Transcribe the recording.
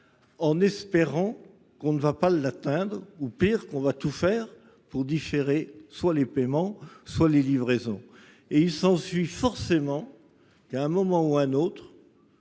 En espérant qu'on ne va pas l'atteindre ou pire qu'on va tout faire pour digérer soit les paiements soient les livraisons et il s'ensuit forcément il a un moment ou un autre.